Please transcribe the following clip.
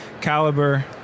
caliber